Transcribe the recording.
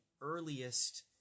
earliest